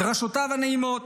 דרשותיו הנעימות